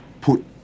put